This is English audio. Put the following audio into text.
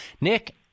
Nick